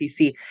PC